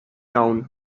town